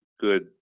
good